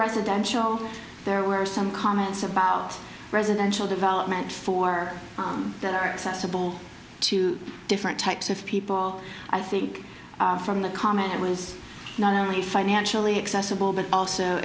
residential there were some comments about residential development for that are accessible to different types of people i think from the comment it was not only financially accessible but also